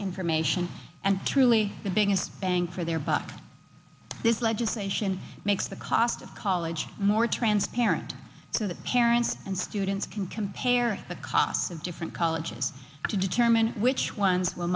information and truly the biggest bang for their buck this legislation makes the cost of college more transparent to the parents and students can compare the costs of different colleges to determine which ones will